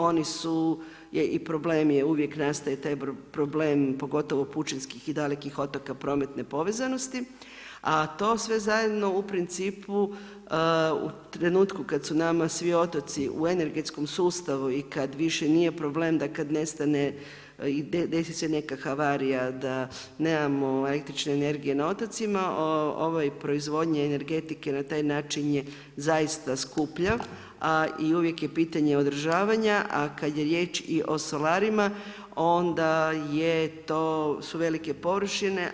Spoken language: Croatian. Oni su i problem je, uvijek nastaje taj problem pogotovo pučinskih i dalekih otoka prometne povezanosti, a to sve zajedno u principu u trenutku kada su nama svi otoci u energetskom sustavu i kad više nije problem da kad nestane i desi se neka havarija da nemamo električne energije na otocima, proizvodnji energetike na taj način je zaista skuplja a i uvijek je pitanje održavanja, a kad je riječ o solarima onda je to su velike površine.